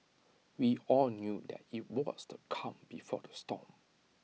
we all knew that IT was the calm before the storm